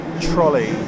trolley